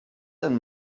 and